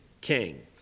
king